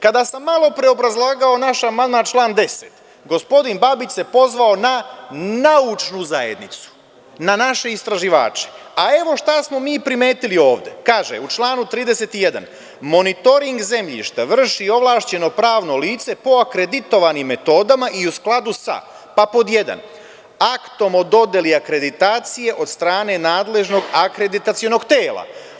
Kada sam malo pre obrazlagao naš amandman na član 10. gospodin Babić se pozvao na naučnu zajednicu, na naše istraživače, a evo šta smo mi primetili ovde, kaže u članu 31. – monitoring zemljišta vrši ovlašćeno pravno lice po akreditovanim metodama i u skladu sa pa pod jedan, aktom o dodeli akreditacije od strane nadležnog akreditacionog tela.